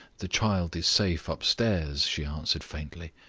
the child is safe upstairs, she answered, faintly.